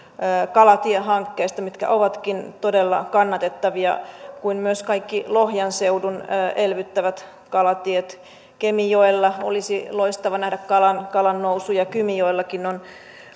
kalatiehankkeesta mikä onkin todella kannatettava kuin myös kaikki lohjan seudun elvyttävät kalatiet kemijoella olisi loistavaa nähdä kalannousuja kymijoellakin on